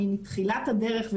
מתחילת הדרך,